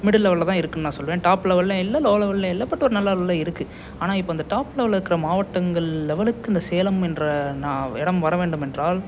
middle லெவலில் தான் இருக்குதுன்னு நான் சொல்லுவேன் டாப் லெவலிலேயும் இல்லை லோ லெவலிலேயும் இல்லை பட் ஒரு நல்ல லெவலில் இருக்குது ஆனால் இப்போ இந்த டாப் லெவலில் இருக்கிற மாவட்டங்கள் லெவலுக்கு இந்த சேலம் என்ற ந இடம் வரவேண்டுமென்றால்